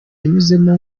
yanyuzemo